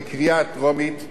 להעביר אותו לוועדה,